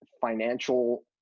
financial